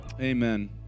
Amen